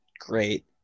great